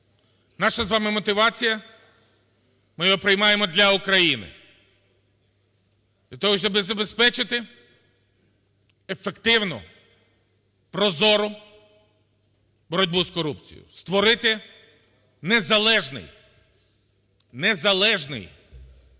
наша з вами мотивація – ми його приймаємо для України. Для того, щоби забезпечити ефективну, прозору боротьбу з корупцією, створити незалежний, незалежний